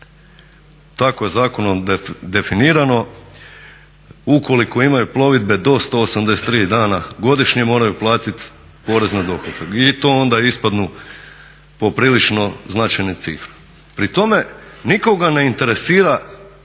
Tako je zakonom definirano, ukoliko imaju plovidbe do 183 dana godišnje moraju platit porez na dohodak i to onda ispadnu poprilično značajne cifre. Pri tome nikoga ne interesira